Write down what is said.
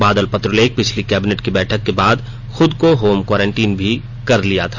बादल पत्रलेख पिछली कैबिनेट की बैठक के बाद खुद को होम कोरोनटाईन भी कर लिया था